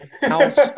house